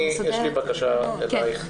יש לי בקשה אליך.